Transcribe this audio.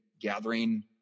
gathering